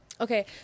Okay